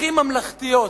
הכי ממלכתיות,